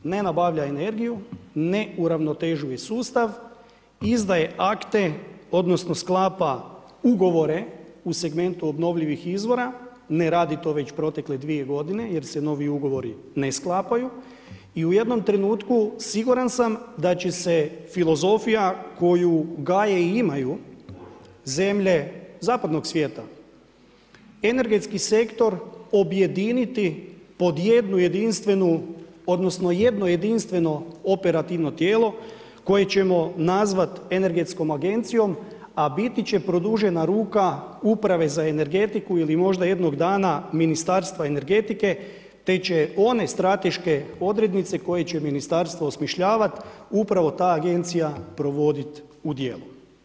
Ne nabavlja energiju, ne uravnotežuje sustav, izdaje akte odnosno sklapa ugovore u segmentu obnovljivih izvora, ne radi to već protekle 2 godine jer se novi ugovori ne sklapaju i u jednom trenutku siguran sam da će se filozofija koju gaje i imaju zemlje zapadnog svijeta, energetski sektor objediniti po jednu jedinstvenu odnosno jedno jedinstveno operativno tijelo koje ćemo nazvati energetskom agencijom a biti će produžena ruka uprave za energetiku ili možda jednog dana Ministarstva energetike te će one strateške odrednice koje će ministarstvo osmišljavati, upravo ta agencija provoditi u djelo.